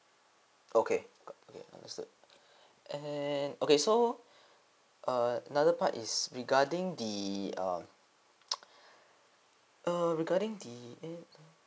okay okay understood and okay so err another part is regarding the uh uh regarding the app